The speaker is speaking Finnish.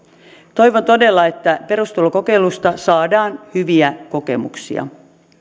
toivon todella että perustulokokeilusta saadaan hyviä kokemuksia